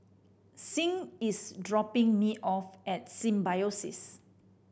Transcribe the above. Sing is dropping me off at Symbiosis